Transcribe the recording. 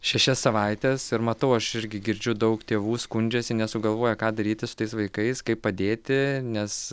šešias savaites ir matau aš irgi girdžiu daug tėvų skundžiasi nesugalvoja ką daryti su tais vaikais kaip padėti nes